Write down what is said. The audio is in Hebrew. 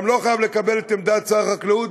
הוא גם לא חייב לקבל את עמדת שר החקלאות,